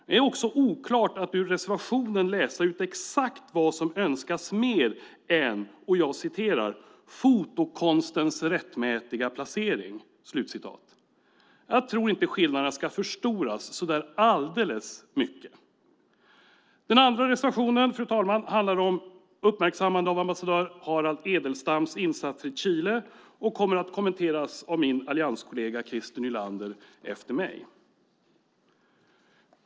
Det är svårt att ur reservationen läsa ut exakt vad som önskas mer än "fotokonstens rättmätiga placering". Jag tror inte att skillnaderna ska förstoras alltför mycket. Den andra reservationen handlar om uppmärksammandet av ambassadör Harald Edelstams insatser i Chile. Den kommer att kommenteras av min allianskollega Christer Nylander efter mig.